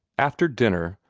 after dinner,